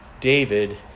David